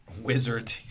Wizard